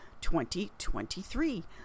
2023